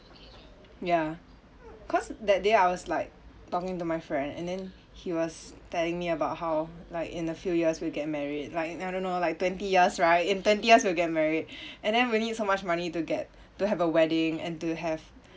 ya cause that day I was like talking to my friend and then he was telling me about how like in a few years we'll get married like I don't know like twenty years right in twenty years we'll get married and then we need so much money to get to have a wedding and to have